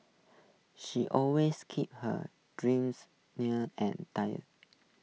she always keeps her dreams near and tidy